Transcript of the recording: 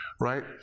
right